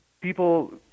people –